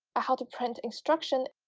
a how-to-print instruction